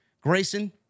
Grayson